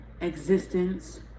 existence